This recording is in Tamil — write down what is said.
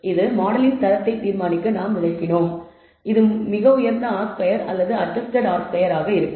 இது மாடலின் தரத்தை தீர்மானிக்க நாம் விளக்கினோம் இது மிக உயர்ந்த r ஸ்கொயர் அல்லது அட்ஜஸ்டட் ஆர் ஸ்கொயர் ஆக இருக்கும்